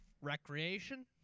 recreation